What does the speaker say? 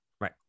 Right